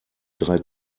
drei